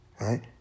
Right